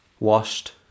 washed